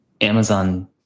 Amazon